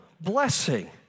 blessing